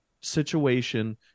situation